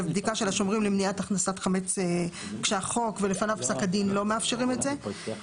למניעת הכנסת חמץ כשהחוק ולפניו פסק הדין לא מאפשרים זאת.